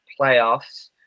playoffs